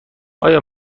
آیا